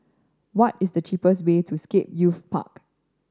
what is the cheapest way to Scape Youth Park